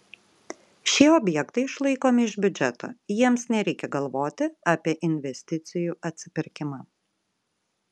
šie objektai išlaikomi iš biudžeto jiems nereikia galvoti apie investicijų atsipirkimą